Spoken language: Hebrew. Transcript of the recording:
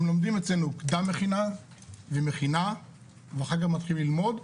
הם לומדים אצלנו קדם מכינה ומכינה ואחר כך מתחילים ללמוד.